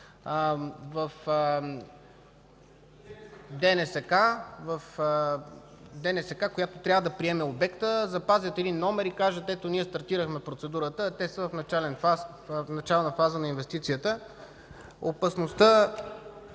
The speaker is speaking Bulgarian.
в ДНСК, която трябва да приеме обекта, запазят един номер и кажат: „Ето, ние стартирахме процедурата, а те са в начална фаза на инвестицията”. Опасността,